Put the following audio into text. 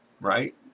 right